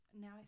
Now